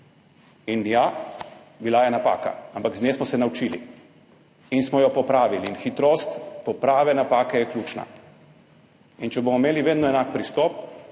Ja, bila je napaka, ampak z nje smo se nekaj naučili in smo jo popravili. In hitrost poprave napake je ključna. In če bomo imeli vedno enak pristop,